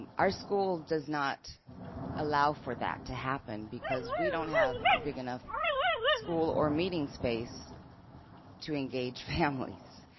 um our school does not allow for that to happen because we don't have a big enough school or meeting space to engage families.